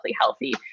healthy